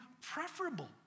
preferable